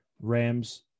Rams